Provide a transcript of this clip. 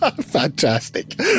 Fantastic